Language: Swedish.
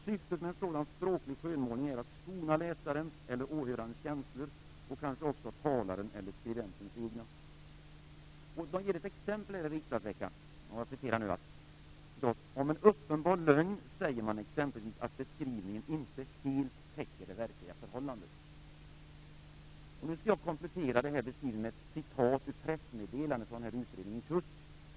Syftet med en sådan språklig skönmålning är att skona läsarens eller åhörarens känslor och kanske också skribentens eller talarens egna." Man ger ett exempel i Riksdagsveckan: "Om en uppenbar lögn säger man exempelvis att beskrivningen inte helt täcker det verkliga förhållandet." Jag skall komplettera beskrivningen med ett utdrag ur ett pressmeddelande från utredningen KUSK.